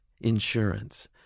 insurance